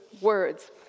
words